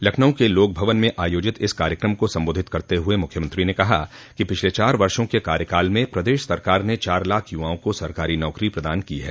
लखनऊ के लोकभवन में आयोजित इस कार्यकम को सम्बोधित करते हुए मुख्यमंत्री ने कहा कि पिछले चार वर्षो के कार्यकाल में प्रदेश सरकार ने चार लाख यूवाओं को सरकारी नौकरी प्रदान की है